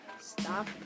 Stop